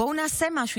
בואו נעשה משהו,